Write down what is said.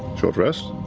short rest?